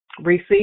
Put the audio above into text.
receive